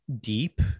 deep